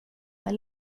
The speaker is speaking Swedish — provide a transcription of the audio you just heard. med